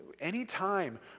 Anytime